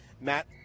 Matt